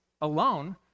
alone